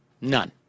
None